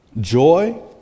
joy